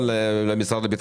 כן.